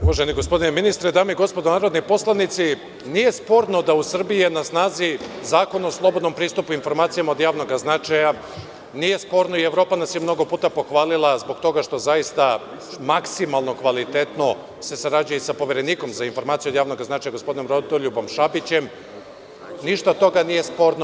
Uvaženi gospodine ministre, dame i gospodo narodni poslanici, nije sporno da je u Srbiji na snazi Zakon o slobodnom pristupu informacijama od javnog značaja i Evropa nas je mnogo puta pohvalila zbog toga što zaista maksimalno kvalitetno se sarađuje i sa Poverenikom za informacije od javnog značaja, gospodinom Rodoljubom Šabićem, ništa od toga nije sporno.